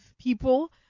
people